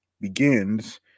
begins